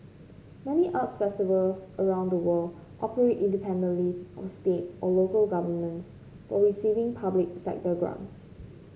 many arts festivals around the world operate independently of state or local governments while receiving public sector grants